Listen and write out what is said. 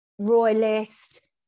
royalist